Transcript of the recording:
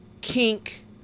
kink